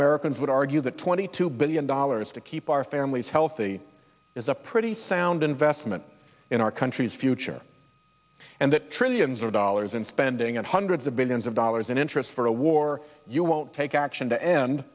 americans would argue that twenty two billion dollars to keep our families healthy is a pretty sound investment in our country's future and that trillions of dollars in spending and hundreds of billions of dollars in interest for a war you won't take action to end